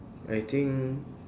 I think